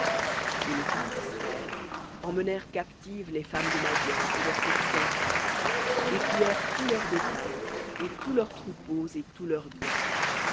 et les fils d'israël emmenèrent captives les femmes de madian et leurs petits enfants et pillèrent tout leur bétail et tous leurs troupeaux et tout leur bien